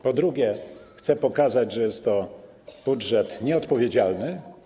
Po drugie, chcę pokazać, że jest to budżet nieodpowiedzialny.